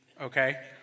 okay